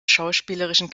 schauspielerischen